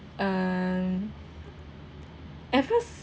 um at first